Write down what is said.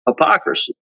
hypocrisy